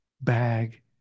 bag